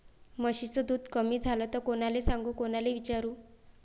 म्हशीचं दूध कमी झालं त कोनाले सांगू कोनाले विचारू?